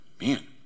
man